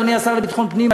אדוני השר לביטחון פנים,